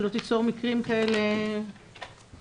שלא תיצור מקרים כאלה אירוניים.